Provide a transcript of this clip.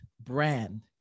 brand